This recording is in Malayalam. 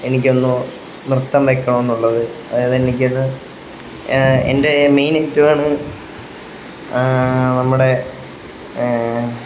എനിക്കൊന്ന് നൃത്തം വയ്ക്കണമെന്നുള്ളത് അതായത് എനിക്കത് എൻ്റെ മെയിൻ ഐറ്റമാണ് നമ്മുടെ